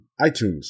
iTunes